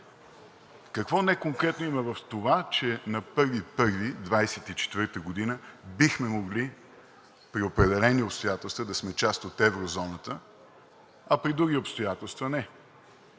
Какво неконкретно има в това, че на 1 януари 2024 г. бихме могли при определени обстоятелства да сме част от еврозоната, а при други обстоятелства не?